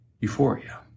euphoria